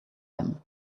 him